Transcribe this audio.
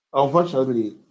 Unfortunately